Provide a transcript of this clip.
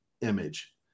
image